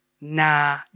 nah